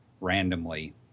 randomly